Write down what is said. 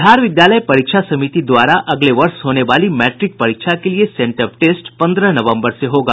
बिहार विद्यालय परीक्षा समिति द्वारा अगले वर्ष होने वाली मैट्रिक परीक्षा के लिए सेंटअप टेस्ट पन्द्रह नवम्बर से होगा